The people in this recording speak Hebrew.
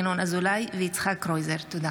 ינון אזולאי ויצחק קרויזר בנושא: הסרת